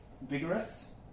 vigorous